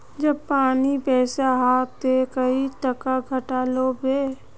जब पानी पैसा हाँ ते कई टका घंटा लो होबे?